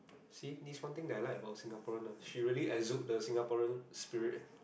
see this is one thing I like about Singaporean ah she really exude the Singaporean spirit ah